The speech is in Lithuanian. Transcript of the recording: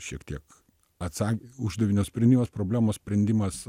šiek tiek atsak uždavinio sprendimas problemos sprendimas